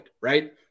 right